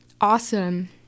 awesome